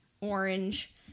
orange